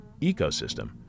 ecosystem